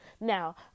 Now